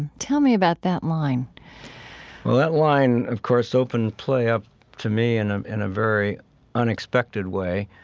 tell me about that line well, that line of course opened play up to me in ah in a very unexpected way.